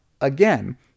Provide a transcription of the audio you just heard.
again